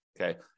Okay